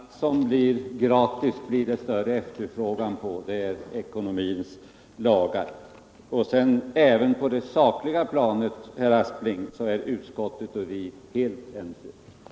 Herr talman! Allt som blir gratis blir det större efterfrågan på. Det är ekonomins lagar. Även på det sakliga planet, herr Aspling, är utskottet och reservanterna helt ense. den det ej vill röstar nej.